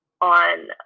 on